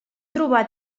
trobar